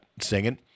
singing